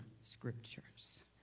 scriptures